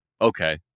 Okay